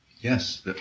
Yes